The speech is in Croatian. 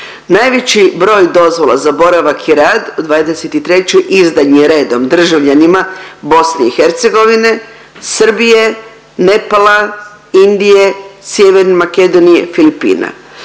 Najveći broj dozvola za boravak i rad u '23. izdan je redom državljanima BiH, Srbije, Nepala, Indije, Sjeverne Makedonije, Filipina.